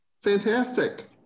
Fantastic